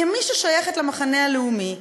כמי ששייכת למחנה הלאומי,